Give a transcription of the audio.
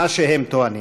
מה שהם טוענים.